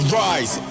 rise